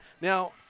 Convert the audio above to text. Now